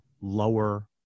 lower